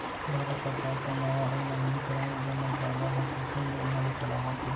भारत सरकार के नवा अउ नवीनीकरन उरजा मंतरालय ह कुसुम योजना ल चलावत हे